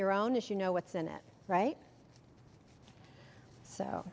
your own is you know what's in it right so